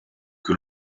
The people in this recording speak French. que